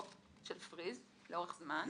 פריז לאורך זמן.